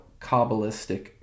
Kabbalistic